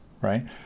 right